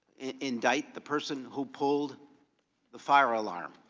indict the person who pulled the fire alarm.